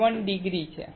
7 degree છે